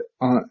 on